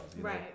right